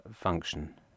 function